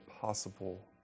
possible